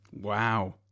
Wow